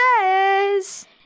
says